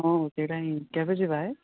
ହଁ ସେଇଟା ହିଁ କେବେ ଯିବା ହେ